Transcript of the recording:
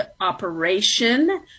operation